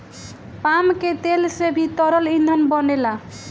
palm के तेल से भी तरल ईंधन बनेला